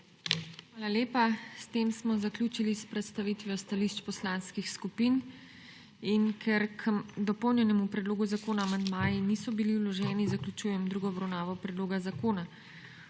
Hvala lepa. S tem smo zaključili s predstavitvijo stališč poslanskih skupin. Ker k dopolnjenemu predlogu zakona amandmaji niso bili vloženi zaključujem drugo obravnavo predloga zakona.